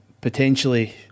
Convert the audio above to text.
potentially